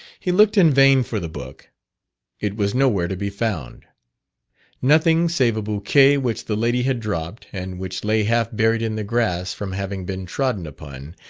he looked in vain for the book it was no where to be found nothing save a bouquet which the lady had dropped, and which lay half-buried in the grass from having been trodden upon,